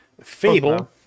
Fable